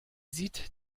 sieht